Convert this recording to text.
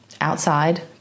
outside